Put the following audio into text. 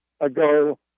ago